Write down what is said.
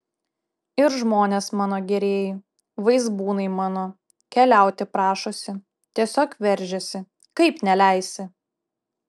ir žmonės mano gerieji vaizbūnai mano keliauti prašosi tiesiog veržiasi kaip neleisi